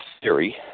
theory